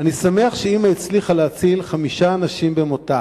אני שמח שאמא הצליחה להציל חמישה אנשים במותה.